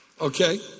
Okay